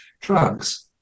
drugs